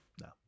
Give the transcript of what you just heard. no